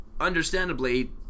understandably